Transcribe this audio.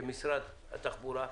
כמשרד התחבורה,